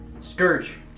Scourge